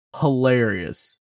hilarious